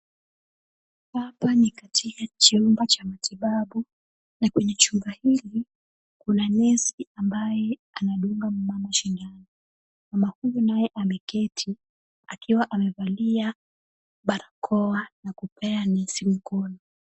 Hapa ni katika chumba cha matibabu na kwenye chumba hiki kuna nesi ambaye anadunga mama sindano. Mama huyu naye ameketi akiwa amevalia barakoa na kupea nesi mkono.